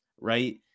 right